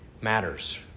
matters